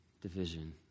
division